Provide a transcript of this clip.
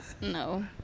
No